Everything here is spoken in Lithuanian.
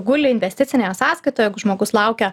guli investicinėje sąskaitoje jeigu žmogus laukia